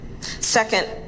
second